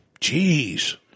Jeez